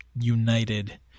united